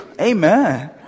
amen